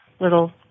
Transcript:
little